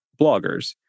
bloggers